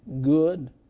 good